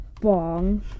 bong